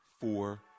Four